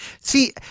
See